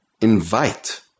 Invite